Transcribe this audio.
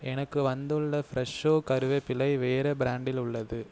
எனக்கு வந்துள்ள ஃப்ரெஷ்ஷோ கறிவேப்பிலை வேற பிராண்டில் உள்ளது